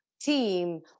team